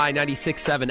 96.7